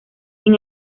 sin